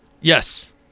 Yes